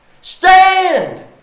Stand